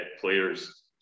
players